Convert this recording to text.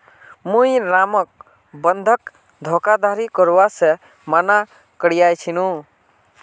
मुई रामक बंधक धोखाधड़ी करवा से माना कर्या छीनु